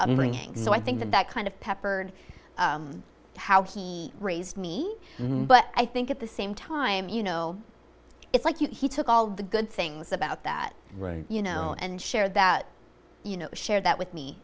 upbringing so i think that that kind of peppered how he raised me but i think at the same time you know it's like you he took all the good things about that right you know and share that you know share that with me